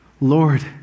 Lord